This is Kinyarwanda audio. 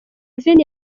veni